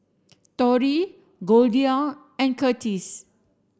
Tori Goldia and Kurtis